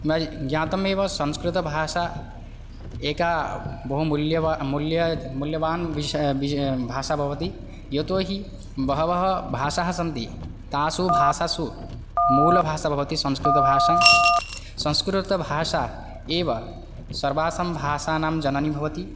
न ज्ञातमेव संस्कृतभाषा एका बहु मुल्यवा मुल्या मुल्यावान् विष विष भाषा भवति यतो हि बहवः भाषाः सन्ति तासु भासासु मूलभाषा भवति संस्कृतभाषा संस्कृतभाषा एव सर्वासां भाषानां जननी भवति